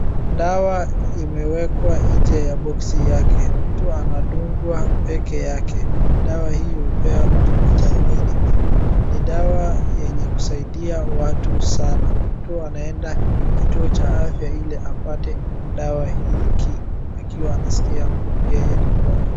Dawa imewekwa nje ya boxi yake. Mtu anadungwa peke yake. Dawa hii hupea mtu vitamini. Ni dawa yenye kusaidia watu sana. Mtu anaenda kituo cha afya ili apate dawa hiki ikiwa anaskia yeye ni mgonjwa.